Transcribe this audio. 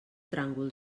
tràngol